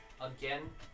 again